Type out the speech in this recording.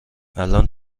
الان